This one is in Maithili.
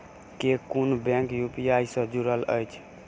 केँ कुन बैंक यु.पी.आई सँ जुड़ल अछि?